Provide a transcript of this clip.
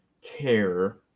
care